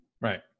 Right